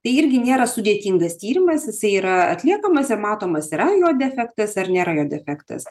tai irgi nėra sudėtingas tyrimas jisai yra atliekamas ir matomas yra jo defektas ar nėra jo defektas